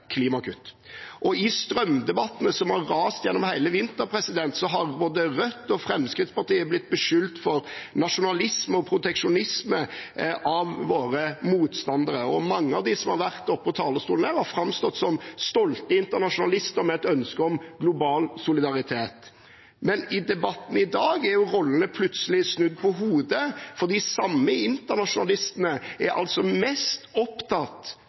klimakutt. I strømdebattene som har rast gjennom hele vinteren, har både Rødt og Fremskrittspartiet blitt beskyldt for nasjonalisme og proteksjonisme av våre motstandere. Mange av dem som har vært på talerstolen, har framstått som stolte internasjonalister med et ønske om global solidaritet. Men i debatten i dag er rollene plutselig snudd på hodet, for de samme internasjonalistene er mest opptatt